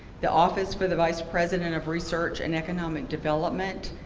the office for the vice president of research and economic development,